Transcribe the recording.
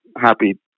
happy